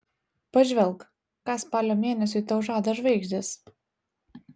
pažvelk ką spalio mėnesiui tau žada žvaigždės